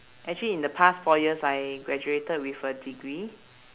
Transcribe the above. actually in the past four years I graduated with a degree